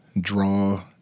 draw